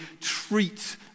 treat